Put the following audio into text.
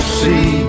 see